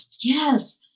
Yes